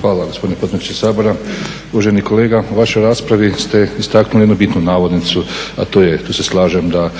Hvala gospodine potpredsjedniče Sabora. Uvaženi kolega, u vašoj raspravi ste istaknuli jedan bitan navod, a to je, tu se slažem da